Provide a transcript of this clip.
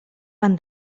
pan